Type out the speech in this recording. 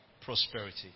prosperity